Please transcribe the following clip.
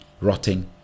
rotting